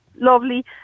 lovely